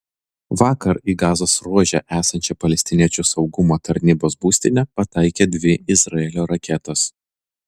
vakar į gazos ruože esančią palestiniečių saugumo tarnybos būstinę pataikė dvi izraelio raketos